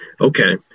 okay